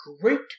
great